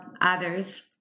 others